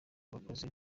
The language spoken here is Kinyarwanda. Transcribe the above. abakozi